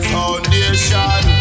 Foundation